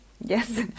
Yes